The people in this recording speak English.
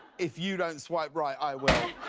if you don't swipe right, i will.